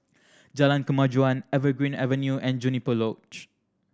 Jalan Kemajuan Evergreen Avenue and Juniper Lodge